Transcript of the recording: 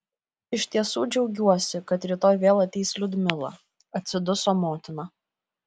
iš tiesų džiaugiuosi kad rytoj vėl ateis liudmila atsiduso motina